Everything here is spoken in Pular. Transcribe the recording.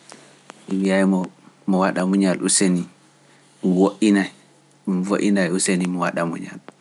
Mbiye mo mo waɗa muñal useni woɗɗina mo waɗa muñal useni mo waɗa muñal.